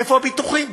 איפה הביטוחים?